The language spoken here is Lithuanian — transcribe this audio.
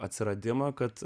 atsiradimą kad